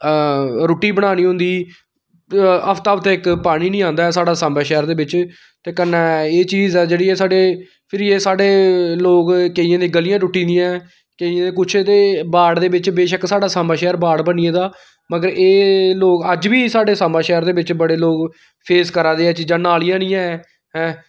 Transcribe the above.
रूट्टी बनानी होंदी हफ्ता हफ्ता इक पानी नी आंदा ऐ स्हाढ़ा साम्बा शैह्र दे बिच्च ते कन्नै एह् चीज ऐ जेह्ड़ी एह् स्हाड़े फिरी एह् स्हाड़े लोग केइयें दी गलियां टुट्टी दियां केइयें ते कुछ ते वार्ड दे बिच्च बेशक्क स्हाड़ा साम्बा शैहर वार्ड बनी गेदा मगर एह् लोग अज्ज बी स्हाड़े साम्बा शैह्र दे बिच्च बड़े लोग फेस करा दे ऐ चीजां नालियां नी ऐ ऐं